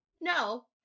no